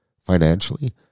financially